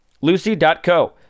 Lucy.co